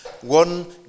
one